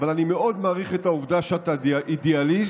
אבל אני מאוד מעריך את העובדה שאתה אידיאליסט